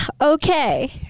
okay